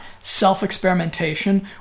self-experimentation